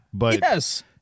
Yes